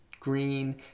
Green